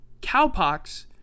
cowpox